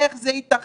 איך זה יתכן?